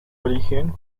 origen